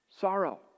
Sorrow